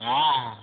ହଁ